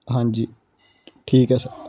ਹਾਂਜੀ ਠੀਕ ਹੈ ਸਰ